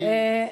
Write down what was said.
היא,